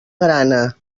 grana